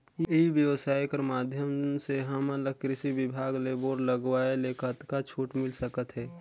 ई व्यवसाय कर माध्यम से हमन ला कृषि विभाग ले बोर लगवाए ले कतका छूट मिल सकत हे?